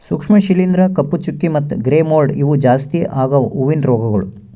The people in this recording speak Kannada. ಸೂಕ್ಷ್ಮ ಶಿಲೀಂಧ್ರ, ಕಪ್ಪು ಚುಕ್ಕಿ ಮತ್ತ ಗ್ರೇ ಮೋಲ್ಡ್ ಇವು ಜಾಸ್ತಿ ಆಗವು ಹೂವಿನ ರೋಗಗೊಳ್